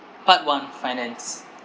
part one finance